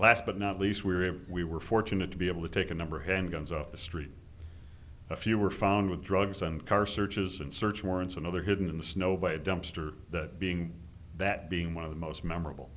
last but not least we were able we were fortunate to be able to take a number of handguns off the street a few were found with drugs and car searches and search warrants and other hidden in the snow by a dumpster that being that being one of the most memorable